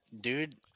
dude